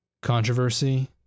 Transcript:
controversy